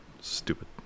Stupid